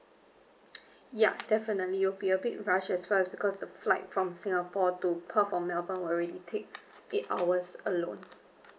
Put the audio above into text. ya definitely it'll be a bit rush as well because the flight from singapore to perth or melbourne already take eight hours alone